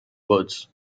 birds